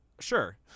Sure